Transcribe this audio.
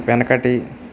వెనకటి